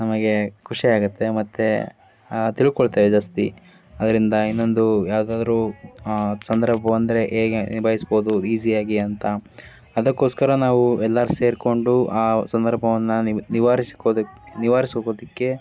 ನಮಗೆ ಖುಷಿ ಆಗುತ್ತೆ ಮತ್ತೆ ತಿಳ್ಕೊಳ್ತೇವೆ ಜಾಸ್ತಿ ಅದರಿಂದ ಇನ್ನೊಂದು ಯಾವುದಾದ್ರು ಸಂದರ್ಭ ಬಂದರೆ ಹೇಗೆ ನಿಭಾಯಿಸ್ಬೋದು ಈಸಿ ಆಗಿ ಅಂತ ಅದಕೋಸ್ಕರ ನಾವು ಎಲ್ಲರೂ ಸೇರಿಕೊಂಡು ಆ ಸಂದರ್ಭವನ್ನು ನಿವಾರಿಸೋದಕ್ಕೆ ನಿವಾರಿಸುವುದಕ್ಕೆ